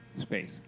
space